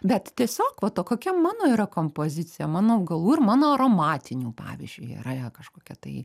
bet tiesiog vat o kokia mano yra kompozicija mano augalų ir mano aromatinių pavyzdžiui yra kažkokia tai